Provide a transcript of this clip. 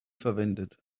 verwendet